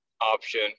option